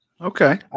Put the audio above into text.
Okay